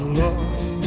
love